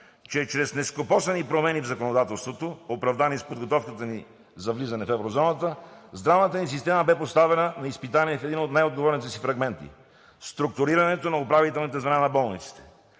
че чрез нескопосани промени в законодателството, оправдани с подготовката ни за влизане в Еврозоната, здравната ни система бе поставена на изпитание в един от най-отговорните си фрагменти – структурирането на управителните звена на болниците.